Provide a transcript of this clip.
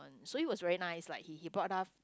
so it was very nice lah he he brought out